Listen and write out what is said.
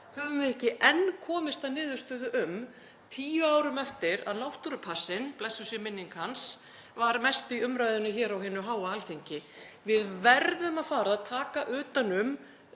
höfum við ekki enn komist að niðurstöðu um, tíu árum eftir að náttúrupassinn, blessuð sé minning hans, var mest í umræðunni hér á hinu háa Alþingi. Við verðum að fara að taka utan um